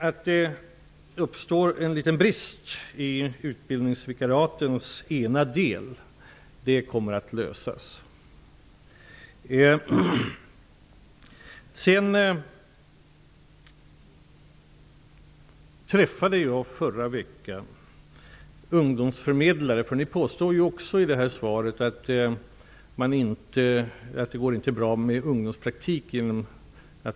Att det uppstår en liten brist i utbildningsvikariatens ena del är ett problem som kommer att lösas. Ni påstår också att det inte går bra att ta ut en liten avgift i ungdomspraktiken.